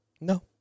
No